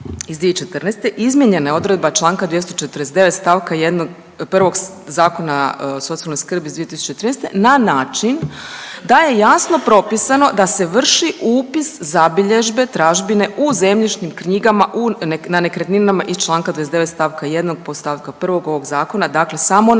iz 2014. izmijenjena je odredba čl. 249. st. 1. Zakona o socijalnoj skrbi iz 2013. na način da je jasno propisano da se vrši upis zabilježbe tražbine u zemljišnim knjigama na nekretninama iz čl. 29. st. 1. podst. 1. ovog zakona, dakle samo na